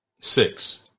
Six